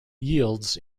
yields